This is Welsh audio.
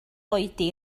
oedi